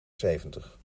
zeventig